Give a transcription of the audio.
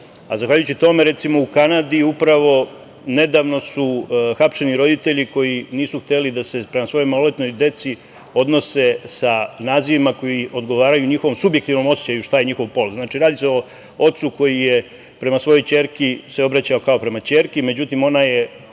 Zahvaljujući tome, recimo, u Kanadi upravo nedavno su hapšeni roditelji koji nisu hteli da se prema svojoj maloletnoj deci odnose sa nazivima koji odgovaraju njihovom subjektivnom osećaju šta je njihov pol. Znači, radi se o ocu koji se prema svojoj kćerki obraćao kao prema kćerki, međutim ona je